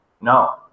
no